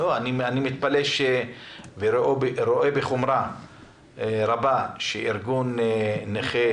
אני רואה בחומרה רבה שארגון נכי